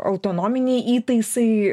autonominiai įtaisai